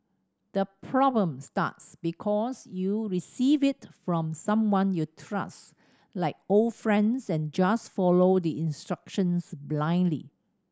the problem starts because you receive it from someone you trust like old friends and just follow the instructions blindly